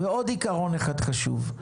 ועוד עיקרון אחד חשוב,